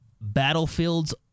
Battlefield's